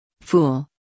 fool